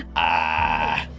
i